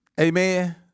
Amen